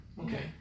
Okay